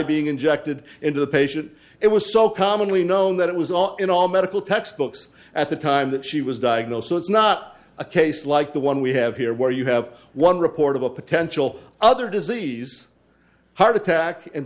being injected into the patient it was so commonly known that it was all in all medical textbooks at the time that she was diagnosed so it's not a case like the one we have here where you have one report of a potential other disease heart attack and